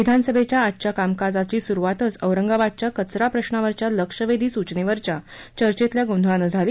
विधानसभेच्या आजच्या कामकाजाची सुरूवातच औरंगाबादच्या कचरा प्रश्वावरच्या लक्षवेधी सुचनेवरच्या चर्चेतल्या गोंधळानं झाली